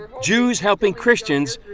jews helping christians,